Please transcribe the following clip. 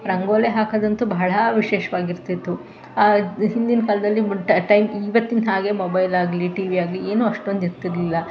ರಂಗೋಲಿ ಹಾಕೋದಂತೂ ಬಹಳ ವಿಶೇಷವಾಗಿರ್ತಿತ್ತು ಹಿಂದಿನ ಕಾಲದಲ್ಲಿ ಇದ್ದ ಟೈಮ್ ಇವತ್ತಿನ ಹಾಗೆ ಮೊಬೈಲ್ ಆಗಲೀ ಟಿವಿ ಆಗಲೀ ಏನೂ ಅಷ್ಟೊಂದಿರ್ತಿರಲಿಲ್ಲ